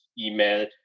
email